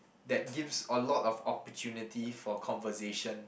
that gives a lot of opportunity for conversation